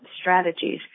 strategies